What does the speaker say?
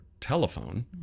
telephone